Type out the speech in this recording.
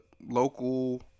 Local